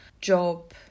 job